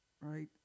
right